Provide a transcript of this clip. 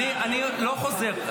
אין בעיה לעמוד.